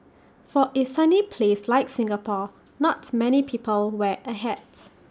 for A sunny place like Singapore not many people wear A hats